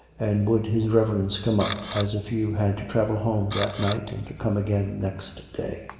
and would his reverence come up, as a few had to travel home that night and to come again next day.